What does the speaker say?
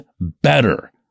better